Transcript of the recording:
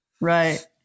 right